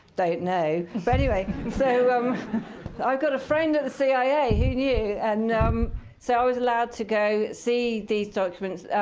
don't know. but anyway, so um i've got a friend at the cia. who knew? and so i was allowed to go see these documents,